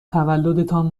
تولدتان